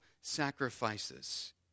sacrifices